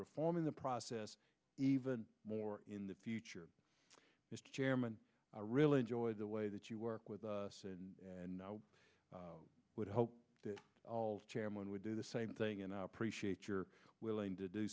reform in the process even more in the future mr chairman i really enjoy the way that you work with us and and i would hope that all chairman would do the same thing and i appreciate you're willing to do